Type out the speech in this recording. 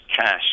cash